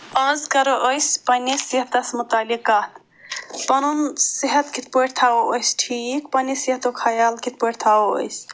آز کرو أسۍ پنٛنِس صحتس متعلق کتھ پنُن صحت کِتھ پٲٹھۍ تھاوو أسۍ ٹھیٖک پنٛنہِ صحتُک خیال کِتھ پٲٹھۍ تھاوو أسۍ